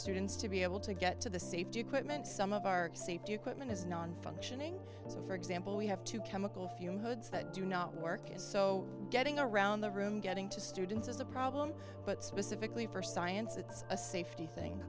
students to be able to get to the safety equipment some of our safety equipment is nonfunctioning so for example we have to chemical few hoods that do not work as so getting around the room getting to students is a problem but specifically for science it's a safety thing